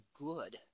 good